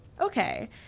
Okay